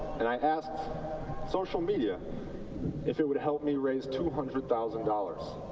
and i asked social media if it would help me raise two hundred thousand dollars.